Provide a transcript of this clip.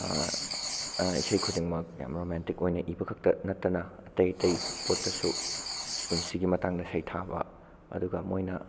ꯏꯁꯩ ꯈꯨꯗꯤꯡꯃꯛ ꯌꯥꯝ ꯔꯣꯃꯦꯟꯇꯤꯛ ꯑꯣꯏꯅ ꯏꯕ ꯈꯛꯇ ꯅꯠꯇꯅ ꯑꯇꯩ ꯑꯇꯩ ꯄꯣꯠꯇꯁꯨ ꯄꯨꯟꯁꯤꯒꯤ ꯃꯇꯥꯡꯗ ꯁꯩꯊꯥꯕ ꯑꯗꯨꯒ ꯃꯣꯏꯅ